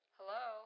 Hello